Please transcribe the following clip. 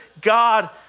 God